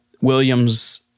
William's